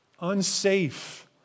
unsafe